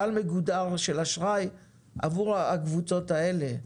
סל מגודר של אשראי עבור הקבוצות האלה.